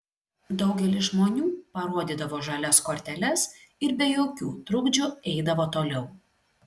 daugelis žmonių parodydavo žalias korteles ir be jokių trukdžių eidavo toliau